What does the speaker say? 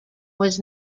was